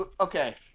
okay